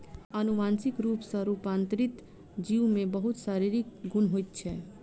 अनुवांशिक रूप सॅ रूपांतरित जीव में बहुत शारीरिक गुण होइत छै